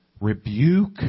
rebuke